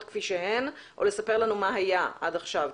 כפי שהן או לספר לנו מה היה עד עכשיו,